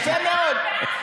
יפה מאוד.